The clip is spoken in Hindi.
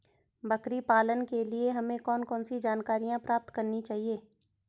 बकरी पालन के लिए हमें कौन कौन सी जानकारियां प्राप्त करनी चाहिए?